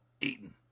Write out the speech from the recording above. eaten